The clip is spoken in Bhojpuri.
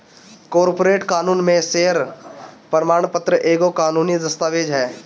कॉर्पोरेट कानून में शेयर प्रमाण पत्र एगो कानूनी दस्तावेज हअ